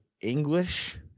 English